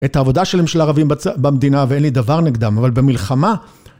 את העבודה של ממשלה ערבים במדינה, ואין לי דבר נגדם, אבל במלחמה...